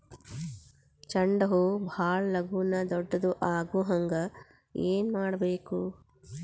ಚಂಡ ಹೂ ಭಾಳ ಲಗೂನ ದೊಡ್ಡದು ಆಗುಹಂಗ್ ಏನ್ ಮಾಡ್ಬೇಕು?